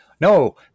No